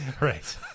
Right